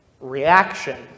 reaction